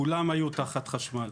כולם היו תחת חשמל.